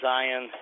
Zion